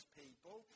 people